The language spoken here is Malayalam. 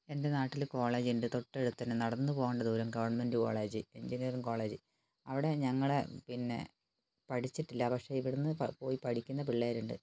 എൻ്റെ നാട്ടില് കോളേജ് ഉണ്ട് തൊട്ടടുത്ത് തന്നെ നടന്ന് പോകണ്ട ദൂരം ഗവൺമെൻഡ് കോളേജ് എഞ്ചിനീയറിംഗ് കോളേജ് അവിടെ ഞങ്ങളെ പിന്നെ പഠിച്ചിട്ടില്ല പക്ഷെ ഇവിടുന്ന് പോയി പഠിക്കുന്ന പിള്ളേര് ഉണ്ട്